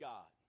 God